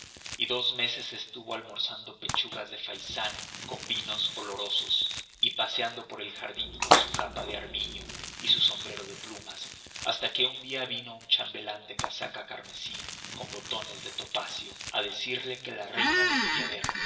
y dos meses estuvo almorzando pechugas de faisán con vinos olorosos y paseando por el jardín con su capa de armiño y su sombrero de plumas hasta que un día vino un chambelán de casaca carmesí con botones de topacio a decirle que la reina lo quería ver